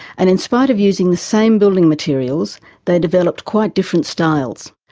and in spite of using the same building materials they developed quite different styles.